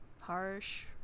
harsh